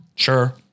Sure